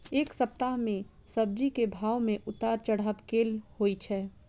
एक सप्ताह मे सब्जी केँ भाव मे उतार चढ़ाब केल होइ छै?